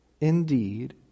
indeed